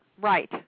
Right